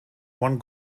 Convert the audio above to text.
one